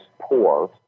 poor